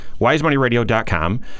wisemoneyradio.com